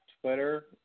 Twitter